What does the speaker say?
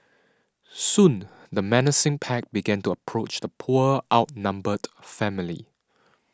soon the menacing pack began to approach the poor outnumbered family